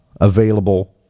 available